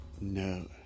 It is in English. No